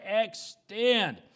extend